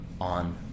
on